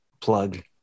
plug